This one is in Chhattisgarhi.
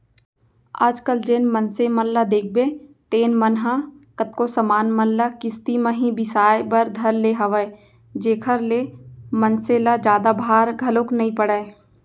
आज कल जेन मनसे मन ल देखबे तेन मन ह कतको समान मन ल किस्ती म ही बिसाय बर धर ले हवय जेखर ले मनसे ल जादा भार घलोक नइ पड़य